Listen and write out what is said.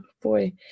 Boy